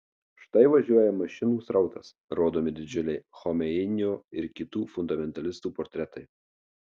štai važiuoja mašinų srautas rodomi didžiuliai chomeinio ir kitų fundamentalistų portretai